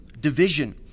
division